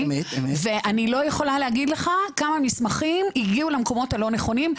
אני לא יכולה להגיד לך כמה מסמכים הגיעו למקומות הלא נכונים,